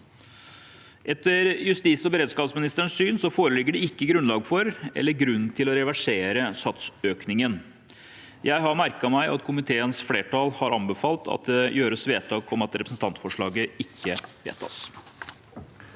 Etter justis- og beredskapsministerens syn foreligger det ikke grunnlag for eller grunn til å reversere satsøkningen. Jeg har merket meg at komiteens flertall har anbefalt at det gjøres vedtak om at representantforslaget ikke vedtas.